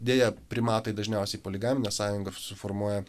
deja primatai dažniausiai poligamines sąjungas suformuoja